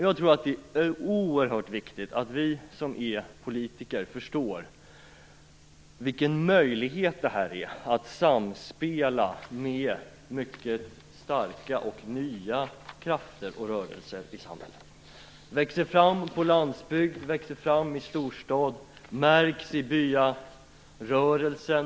Jag tror att det är oerhört viktigt att vi som är politiker förstår vilken möjlighet det här är att samspela med mycket starka och nya krafter och rörelser i samhället. De växer fram på landsbygd och i storstad. De märks i byarörelsen.